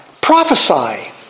prophesy